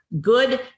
good –